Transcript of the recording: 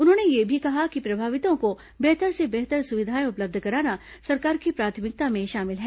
उन्होंने यह भी कहा कि प्रभावितों को बेहतर से बेहतर सुविधाएं उपलब्ध कराना सरकार की प्राथमिकता में शामिल है